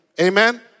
Amen